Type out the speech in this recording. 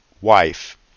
wife